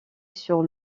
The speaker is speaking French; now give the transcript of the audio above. sur